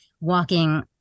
walking